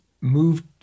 moved